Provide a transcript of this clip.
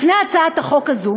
לפני הגשת הצעת החוק הזאת